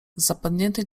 zapadniętej